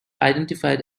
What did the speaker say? identified